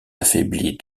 affaiblie